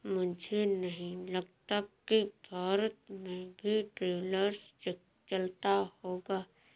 मुझे नहीं लगता कि भारत में भी ट्रैवलर्स चेक चलता होगा